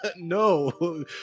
No